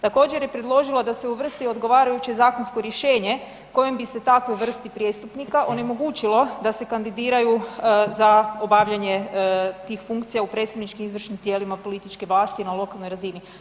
Također je predložila da se uvrsti odgovarajuće zakonsko rješenje kojim bi se takvoj vrsti prijestupnika onemogućilo da se kandidiraju za obavljanje tih funkcija u predsjedničkim izvršnim tijelima političke vlasti na lokalnoj razini.